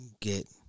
get